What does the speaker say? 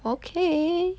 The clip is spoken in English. okay